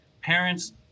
parents